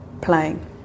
Playing